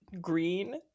green